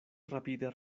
rapide